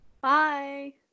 Bye